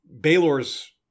Baylor's